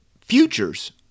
futures